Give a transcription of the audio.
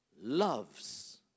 loves